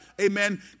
amen